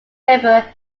river